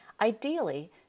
Ideally